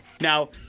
Now